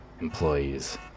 Employees